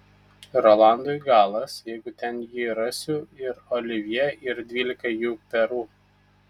rolandui galas jeigu ten jį rasiu ir olivjė ir dvylikai jų perų